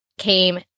Came